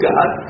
God